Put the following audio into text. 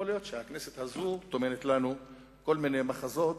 יכול להיות שהכנסת הזו טומנת לנו כל מיני מחזות